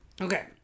Okay